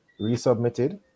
resubmitted